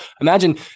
Imagine